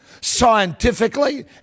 scientifically